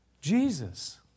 Jesus